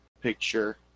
picture